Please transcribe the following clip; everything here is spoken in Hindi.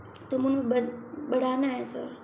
तो मुन बद बढ़ाना है सर